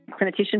clinician